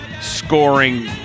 scoring